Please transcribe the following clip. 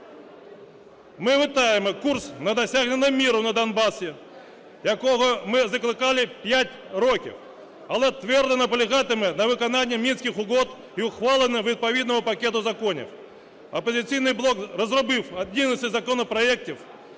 Ми вітаємо курс на досягнення миру на Донбасі, якого ми закликали 5 років, але твердо наполягатимемо на виконанні Мінських угод і ухваленні відповідного пакету законів. "Опозиційний блок" розробив 11 законопроектів,